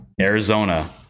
arizona